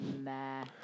nah